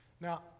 Now